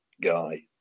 guy